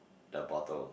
the bottle